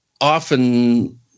often